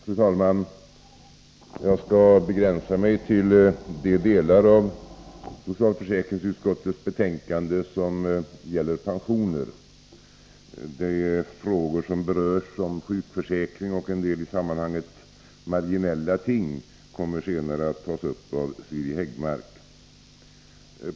Fru talman! Jag skall begränsa mig till de delar av socialförsäkringsutskottets betänkande som gäller pensioner. De frågor om sjukförsäkring och en delisammanhanget marginella ting som berörs kommer senare att tas upp av Siri Häggmark.